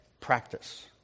practice